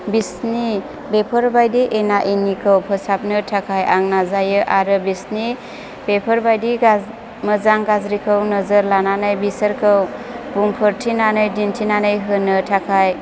बिसोरनि बेफोरबादि एना एनिखौ फोसाबनो थाखाय आं नाजायो आरो बिसोरनि बेफोरबादि मोजां गाज्रिखौ नोजोर लानानै बिसोरखौ बुंफोरथिनानै दिन्थिनानै होनो थाखाय